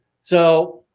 So-